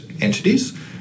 entities